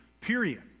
period